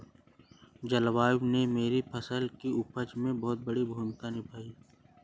जलवायु ने मेरी फसल की उपज में बहुत बड़ी भूमिका निभाई